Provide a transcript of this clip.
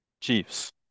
Chiefs